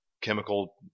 chemical